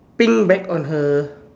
pink bag on her